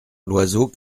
l’oiseau